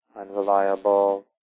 unreliable